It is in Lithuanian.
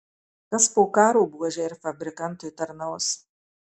kas po karo buožei ir fabrikantui tarnaus